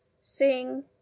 sing